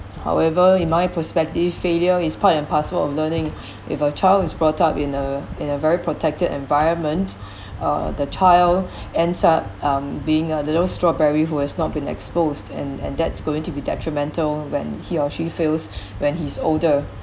however in my perspective failure is part and parcel of learning if our child is brought up in a in a very protected environment uh the child ends up um being a little strawberry who has not been exposed and and that's going to be detrimental when he or she feels when he's older